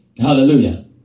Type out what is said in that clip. Hallelujah